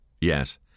Yes